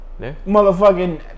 motherfucking